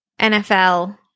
NFL